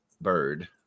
bird